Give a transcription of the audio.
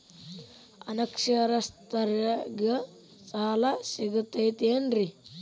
ಅನಕ್ಷರಸ್ಥರಿಗ ಸಾಲ ಸಿಗತೈತೇನ್ರಿ?